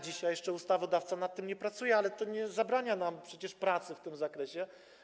Dzisiaj jeszcze ustawodawca nad tym nie pracuje, ale to nie zabrania nam przecież pracy w tym zakresie.